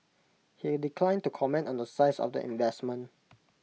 he declined to comment on the size of the investment